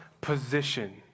position